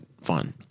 fun